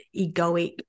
egoic